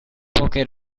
poche